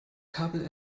kabel